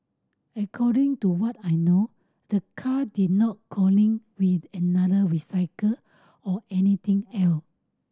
according to what I know the car did not with another recycle or anything else